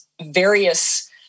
various